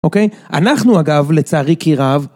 אוקיי? אנחנו אגב, לצערי כי רב...